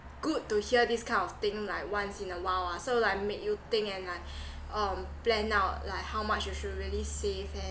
good to hear this kind of thing like once in a while ah so like make you think and like um plan out like how much you should really save and